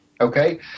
Okay